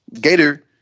Gator